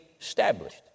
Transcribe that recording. established